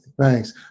Thanks